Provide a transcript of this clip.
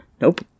nope